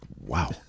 Wow